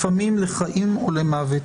לפעמים לחיים או למוות.